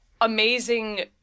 amazing